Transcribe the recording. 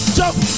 jump